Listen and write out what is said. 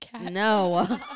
No